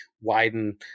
widen